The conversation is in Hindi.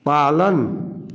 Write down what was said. पालन